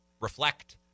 reflect